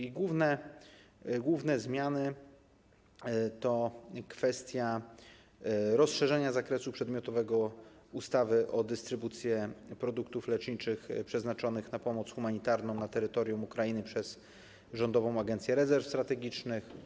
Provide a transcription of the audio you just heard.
Jej główne zmiany to kwestia rozszerzenia zakresu przedmiotowego ustawy o dystrybucję produktów leczniczych przeznaczonych na pomoc humanitarną na terytorium Ukrainy przez Rządową Agencję Rezerw Strategicznych.